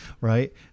Right